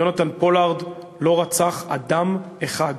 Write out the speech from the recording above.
יונתן פולארד לא רצח אדם אחד.